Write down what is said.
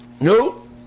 No